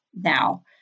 now